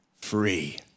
free